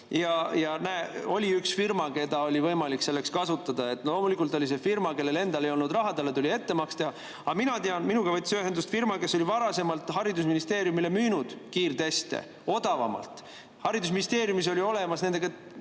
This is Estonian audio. Ja näe, oli üks firma, keda oli võimalik selleks kasutada. Loomulikult oli see firma, kellel endal ei olnud raha, talle tuli ettemaks teha. Aga mina tean, minuga võttis ühendust firma, kes oli varasemalt haridusministeeriumile müünud kiirteste odavamalt. Haridusministeeriumis oli olemas varasem